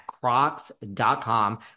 crocs.com